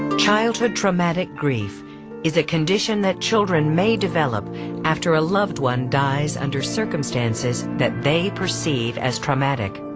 childhood traumatic grief is a condition that children may develop after a loved one dies under circumstances that they perceive as traumatic.